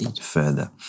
further